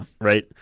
Right